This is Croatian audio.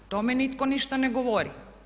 O tome nitko ništa ne govori.